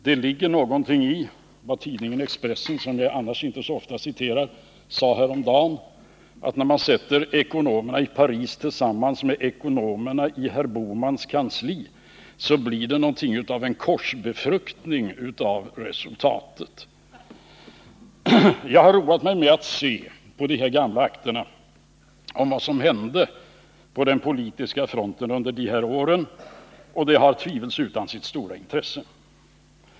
Det ligger någonting i vad tidningen Expressen, som jag annars inte så ofta refererar, sade häromdagen: När man sätter ekonomerna i Paris tillsammans med ekonomerna i herr Bohmans kansli, så blir resultatet något av en korsbefruktning. Jag har roat mig med att läsa i de gamla akterna om vad som hände på den politiska fronten under de här åren, och det har tvivelsutan sitt stora intresse.